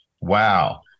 Wow